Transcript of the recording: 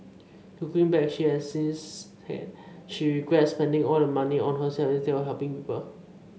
looking back she has since said she regrets spending all that money on herself instead of helping people